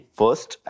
first